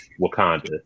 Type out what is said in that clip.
Wakanda